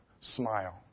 smile